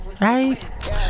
right